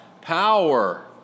power